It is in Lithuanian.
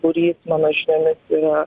būrys mano žiniomis yra